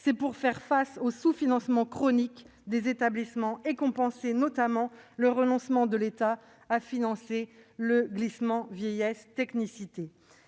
c'est pour faire face au sous-financement chronique des établissements et compenser, notamment, le renoncement de l'État à financer le glissement vieillesse technicité